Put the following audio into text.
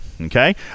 okay